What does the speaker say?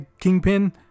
Kingpin